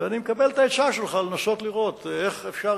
ואני מקבל את העצה שלך לנסות לראות איך אפשר